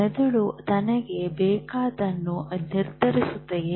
ಮೆದುಳು ತನಗೆ ಬೇಕಾದುದನ್ನು ನಿರ್ಧರಿಸುತ್ತದೆಯೇ